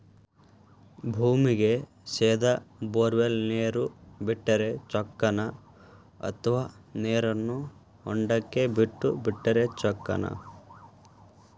ಭೂಮಿಗೆ ಸೇದಾ ಬೊರ್ವೆಲ್ ನೇರು ಬಿಟ್ಟರೆ ಚೊಕ್ಕನ ಅಥವಾ ನೇರನ್ನು ಹೊಂಡಕ್ಕೆ ಬಿಟ್ಟು ಬಿಟ್ಟರೆ ಚೊಕ್ಕನ?